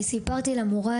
אני סיפרתי למורה,